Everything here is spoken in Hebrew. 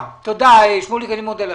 תודה, צביקה, אני מודה לך.